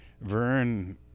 Vern